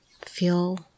feel